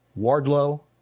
Wardlow